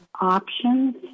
options